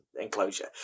enclosure